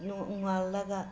ꯅꯣꯡ ꯉꯥꯜꯂꯒ